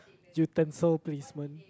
utensil placement